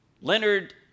Leonard